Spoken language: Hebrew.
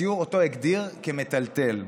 סיור שאותו הגדיר כמטלטל,